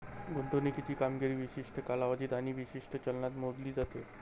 गुंतवणुकीची कामगिरी विशिष्ट कालावधीत आणि विशिष्ट चलनात मोजली जाते